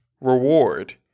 reward